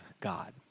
God